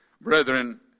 brethren